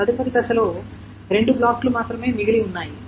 తదుపరి దశలో రెండు బ్లాకులు మాత్రమే మిగిలి ఉన్నాయి